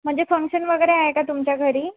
म्हणजे फंक्शन वगैरे आहे का तुमच्या घरी